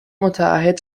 متعهد